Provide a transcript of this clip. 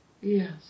Yes